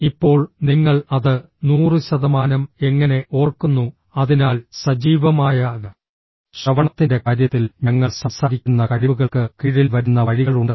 ഇപ്പോൾ നിങ്ങൾ അത് 100 ശതമാനം എങ്ങനെ ഓർക്കുന്നു അതിനാൽ സജീവമായ ശ്രവണത്തിന്റെ കാര്യത്തിൽ ഞങ്ങൾ സംസാരിക്കുന്ന കഴിവുകൾക്ക് കീഴിൽ വരുന്ന വഴികളുണ്ട്